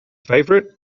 favorite